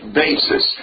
basis